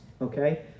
okay